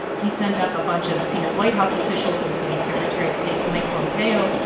he sent up a bunch of senior white house officials, including secretary of state mike pompeo,